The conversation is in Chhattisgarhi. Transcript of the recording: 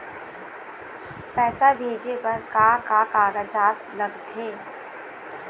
पैसा भेजे बार का का कागजात लगथे?